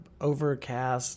Overcast